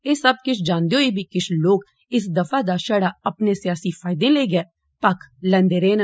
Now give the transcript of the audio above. एह सब जानदे होई बी किष लोक इस दफा दा छड़ा अपने सियासी फायदें लेई गै पक्ख लैंदे रेह् न